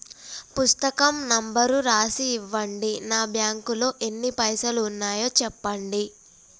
పుస్తకం నెంబరు రాసి ఇవ్వండి? నా బ్యాంకు లో ఎన్ని పైసలు ఉన్నాయో చెప్పండి?